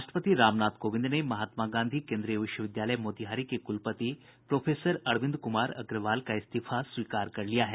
राष्ट्रपति रामनाथ कोविंद ने महात्मा गांधी केन्द्रीय विश्वविद्यालय मोतीहारी के कुलपति प्रोफेसर अरविंद कुमार अग्रवाल का इस्तीफा स्वीकार कर लिया है